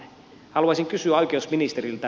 haluaisin kysyä oikeusministeriltä